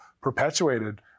perpetuated